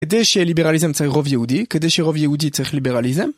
כדי שליברליזם צריך רוב יהודי, כדי שרוב יהודי צריך ליברליזם?